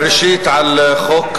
אפילו עלייה קטנה של